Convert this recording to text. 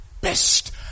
best